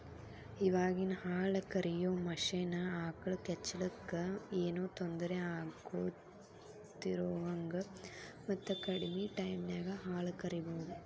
ಇವಾಗಿನ ಹಾಲ ಕರಿಯೋ ಮಷೇನ್ ಆಕಳ ಕೆಚ್ಚಲಕ್ಕ ಏನೋ ತೊಂದರೆ ಆಗದಿರೋಹಂಗ ಮತ್ತ ಕಡಿಮೆ ಟೈಮಿನ್ಯಾಗ ಹಾಲ್ ಕರಿಬಹುದು